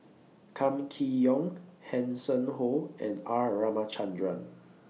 Kam Kee Yong Hanson Ho and R Ramachandran